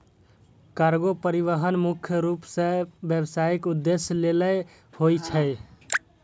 cargo परिवहन मुख्य रूप सं व्यावसायिक उद्देश्य लेल होइ छै